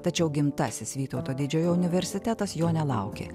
tačiau gimtasis vytauto didžiojo universitetas jo nelaukė